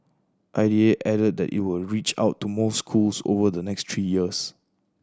I D A added that it will reach out to more schools over the next three years